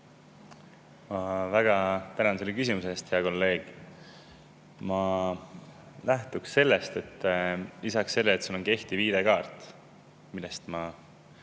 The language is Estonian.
väga tänan selle küsimuse eest, hea kolleeg. Ma lähtuksin sellest, et lisaks sellele, et sul on kehtiv ID‑kaart, millest te